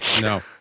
no